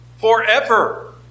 Forever